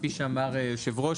כפי שאמר היושב-ראש,